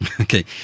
Okay